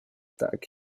tak